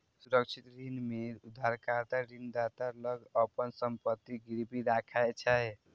सुरक्षित ऋण मे उधारकर्ता ऋणदाता लग अपन संपत्ति गिरवी राखै छै